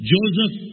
Joseph